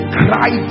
cry